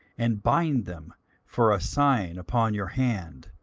and bind them for a sign upon your hand,